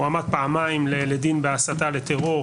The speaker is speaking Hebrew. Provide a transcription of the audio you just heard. הועמד פעמיים לדין בהסתה לטרור,